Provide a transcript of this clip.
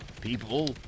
People